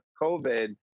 COVID